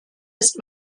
ist